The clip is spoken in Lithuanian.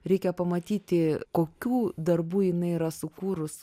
reikia pamatyti kokių darbų jinai yra sukūrus